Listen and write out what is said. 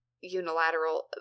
unilateral